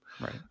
Right